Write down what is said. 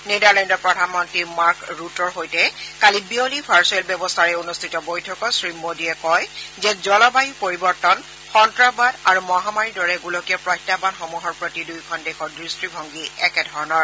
নেডাৰলেণ্ডৰ প্ৰধানমন্ত্ৰী মাৰ্ক ৰুটৰ সৈতে কালি বিয়লি ভাৰ্চুৱেল ব্যৱস্থাৰে অনুষ্ঠিত বৈঠকত শ্ৰী মোদীয়ে কয় যে জলবায়ু পৰিৱৰ্তন সন্ত্ৰাসবাদ আৰু মহামাৰীৰ দৰে গোলকীয় প্ৰত্যায়ানসমূহৰ প্ৰতি দুয়োখন দেশৰ দৃষ্টিভংগী একেধৰণৰ